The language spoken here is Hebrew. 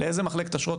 באיזה מחלקת אשרות,